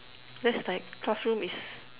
that's like classroom is